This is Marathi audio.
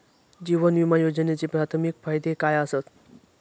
जीवन विमा योजनेचे प्राथमिक फायदे काय आसत?